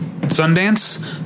Sundance